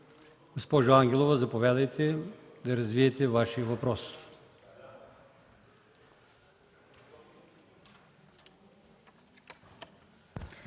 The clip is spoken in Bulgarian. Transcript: Госпожо Ангелова, заповядайте да развиете Вашия въпрос.